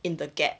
in the gap